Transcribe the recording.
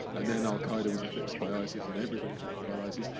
and then al-qaeda was eclipsed by isis, and everybody talked about isis,